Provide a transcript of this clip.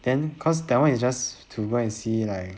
then cause that [one] is just to go and see like